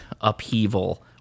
upheaval